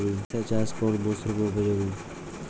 সরিষা চাষ কোন মরশুমে উপযোগী?